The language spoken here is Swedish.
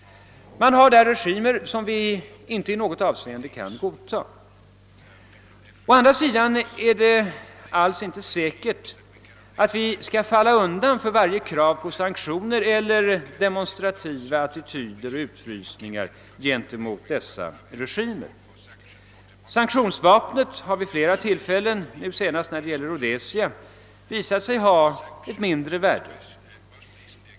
Man har där regimer som vi inte i något avseende kan godta. Å andra sidan är det alls inte säkert att vi skall falla undan för varje krav på sanktioner mot eller demonstrativa utfrysningar av dessa regimer. Sanktionsvapnet har vid flera tillfällen, senast när det gäller Rhodesia, visat sig ha ett mindre värde.